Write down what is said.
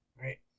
right